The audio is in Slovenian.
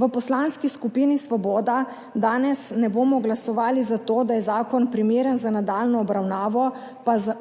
V Poslanski skupini Svoboda danes ne bomo glasovali za to, da je zakon primeren za nadaljnjo obravnavo,